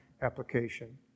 application